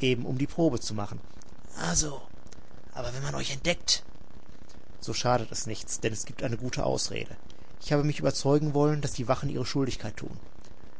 eben um die probe zu machen ah so aber wenn man euch entdeckt so schadet es nichts denn es gibt eine gute ausrede ich habe mich überzeugen wollen daß die wachen ihre schuldigkeit tun